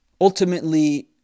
ultimately